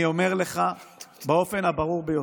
אני אומר לך באופן הברור ביותר: